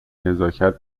نزاکت